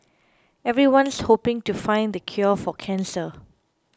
everyone's hoping to find the cure for cancer